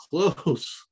close